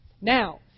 Now